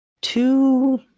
two